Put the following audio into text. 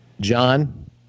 John